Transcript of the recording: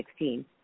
2016